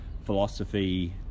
philosophy